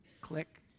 click